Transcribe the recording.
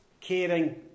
caring